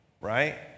right